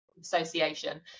association